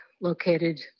located